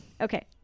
Okay